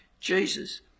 Jesus